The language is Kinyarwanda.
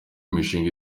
mishinga